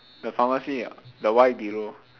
the pharmacy ah the y below